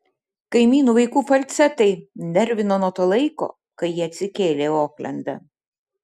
kaimynų vaikų falcetai nervino nuo to laiko kai jie atsikėlė į oklendą